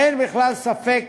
אין בכלל ספק